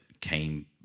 came